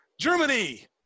Germany